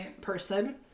person